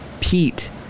Pete